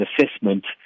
assessment